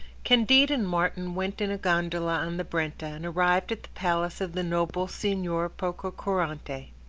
candide and martin went in a gondola on the brenta, and arrived at the palace of the noble signor pococurante.